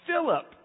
Philip